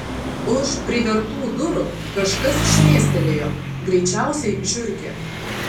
už privertų durų kažkas šmėstelėjo greičiausiai žiurkė